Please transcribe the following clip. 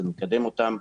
זה מקדם אותם.